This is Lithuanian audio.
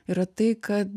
yra tai kad